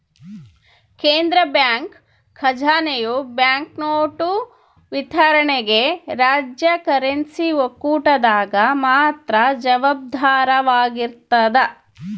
ಕೇಂದ್ರ ಬ್ಯಾಂಕ್ ಖಜಾನೆಯು ಬ್ಯಾಂಕ್ನೋಟು ವಿತರಣೆಗೆ ರಾಜ್ಯ ಕರೆನ್ಸಿ ಒಕ್ಕೂಟದಾಗ ಮಾತ್ರ ಜವಾಬ್ದಾರವಾಗಿರ್ತದ